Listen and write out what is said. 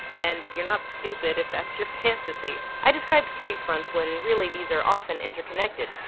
and you're not stupid if that's your fantasy. i described three fronts when really these are often interconnected,